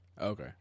Okay